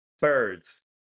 Birds